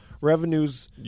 Revenues